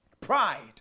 Pride